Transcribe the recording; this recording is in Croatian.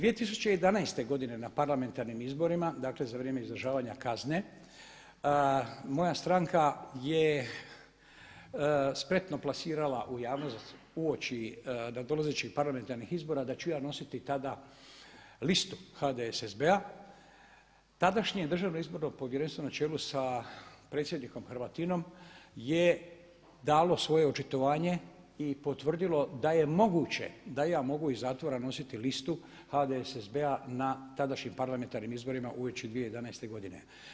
2011. godine na parlamentarnim izborima dakle za vrijeme izdržavanja kazne, moja stranka je spretno plasirala u javnost uoči nadolazećih parlamentarnih izbora da ću ja tada nositi listu HDSSB-a, tadašnje DIP na čelu sa predsjednikom Hrvatinom je dalo svoje očitovanje i potvrdilo da je moguće da ja mogu iz zatvora nositi listu HDSSB-a na tadašnjim parlamentarnim izborima uoči 2011. godine.